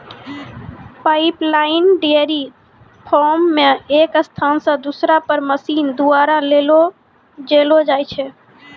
pipeline dairy farm मे एक स्थान से दुसरा पर मशीन द्वारा ले जैलो जाय छै